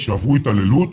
לא תהיה בגן יותר.